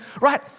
right